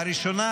והראשונה,